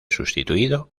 sustituido